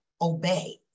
obey